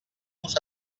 los